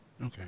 Okay